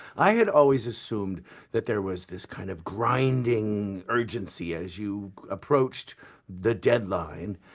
i had always assumed that there was this kind of grinding urgency as you approached the deadline.